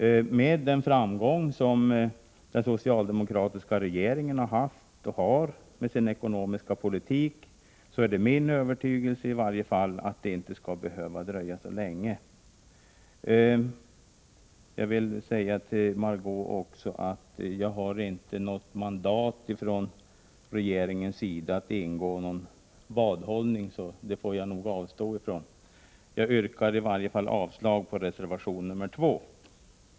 Med den framgång som den socialdemokratiska regeringen har haft och har med sin ekonomiska politik är det i varje fall min övertygelse att det inte skall behöva dröja så länge. Jag vill också till Margé Ingvardsson säga att jag inte har något mandat från regeringen att ingå något vad, så det får jag avstå ifrån. I varje fall yrkar jag avslag på reservation 2.